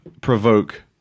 provoke